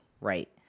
Right